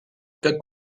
que